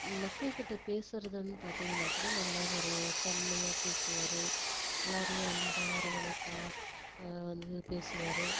மக்கள்கிட்டே பேசுவதுன்னு பார்த்தீங்கன்னா கூட நல்லா ஒரு தன்மையாக பேசுவார் எல்லாேரையும் அன்பாக அரவணைப்பாக வந்து பேசுவார்